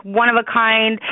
one-of-a-kind